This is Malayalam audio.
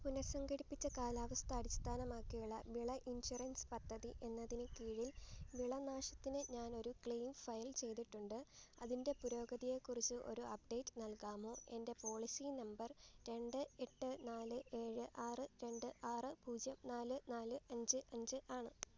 പുനസംഘടിപ്പിച്ച കാലാവസ്ഥ അടിസ്ഥാനമാക്കിയുള്ള വിള ഇൻഷുറൻസ് പദ്ധതി എന്നതിന് കീഴിൽ വിളനാശത്തിന് ഞാനൊരു ക്ലെയിം ഫയൽ ചെയ്തിട്ടുണ്ട് അതിൻ്റെപുരോഗതിയെക്കുറിച്ച് ഒരു അപ്ഡേറ്റ് നൽകാമോ എൻ്റെ പോളിസി നമ്പർ രണ്ട് എട്ട് നാല് ഏഴ് ആറ് രണ്ട് ആറ് പൂജ്യം നാല് നാല് അഞ്ച് അഞ്ച് ആണ്